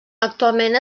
actualment